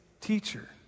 teacher